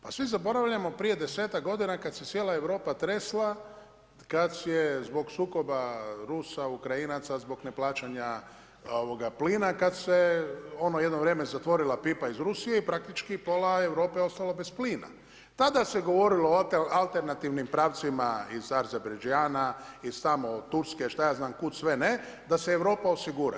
Pa svi zaboravljamo prije 10-tak godina kada se cijela Europa tresla kada je zbog sukoba Rusa Ukrajinaca zbog neplaćanja plina kada se ono jedno vrijeme zatvorila pipa iz Rusije i praktički pola je Europe ostalo bez plina, tada se govorilo o alternativnim pravcima iz Azerbejdžana, iz tamo Turske, što ja znam kud sve ne da se Europa osigura.